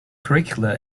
curricula